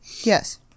yes